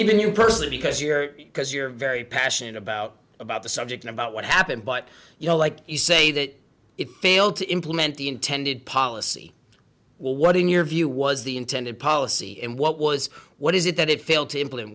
your person because you're because you're very passionate about about the subject and about what happened but you know like you say that it failed to implement the intended policy well what in your view was the intended policy and what was what is it that it failed t